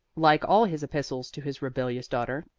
like all his epistles to his rebellious daughter,